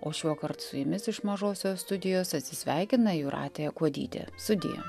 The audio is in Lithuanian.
o šiuokart su jumis iš mažosios studijos atsisveikina jūratė kuodytė sudie